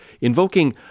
invoking